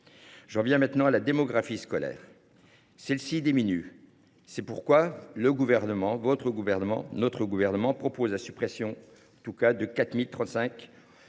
J’en viens maintenant à la démographie scolaire. Celle ci diminue. C’est pourquoi le Gouvernement, votre gouvernement, notre gouvernement propose la suppression de 4 035